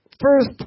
First